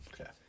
Okay